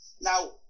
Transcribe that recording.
Now